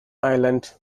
island